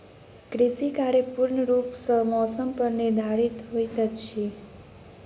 कृषि कार्य पूर्ण रूप सँ मौसम पर निर्धारित होइत अछि